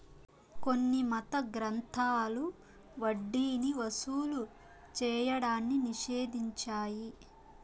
కొన్ని మత గ్రంథాలు వడ్డీని వసూలు చేయడాన్ని నిషేధించాయి